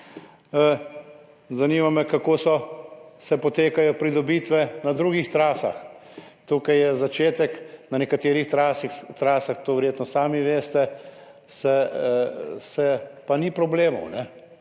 Zanima me: Kako potekajo pridobitve na drugih trasah? Tukaj je začetek. Na nekaterih trasah, to verjetno sami veste, pa ni problemov,